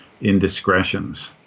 indiscretions